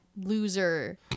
loser